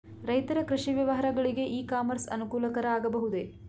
ರೈತರ ಕೃಷಿ ವ್ಯವಹಾರಗಳಿಗೆ ಇ ಕಾಮರ್ಸ್ ಅನುಕೂಲಕರ ಆಗಬಹುದೇ?